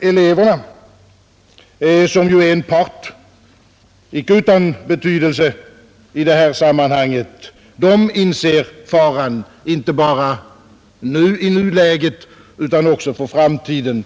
Eleverna som ju är en icke betydelselös part i detta sammanhang inser faran, inte bara i nuläget utan också för framtiden.